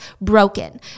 broken